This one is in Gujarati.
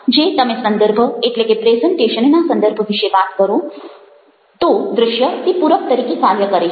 જો તમે સંદર્ભ એટલે કે પ્રેઝન્ટેશનના સંદર્ભ વિશે વાત કરો તો દ્રશ્ય તે પૂરક તરીકે કાર્ય કરે છે